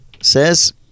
says